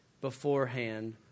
beforehand